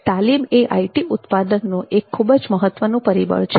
તાલીમ એ આઈટી ઉત્પાદનનું એક ખૂબ જ મહત્ત્વનું પરિબળ છે